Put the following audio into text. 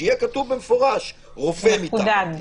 שיהיה כתוב במפורש: רופא מטעם המדינה,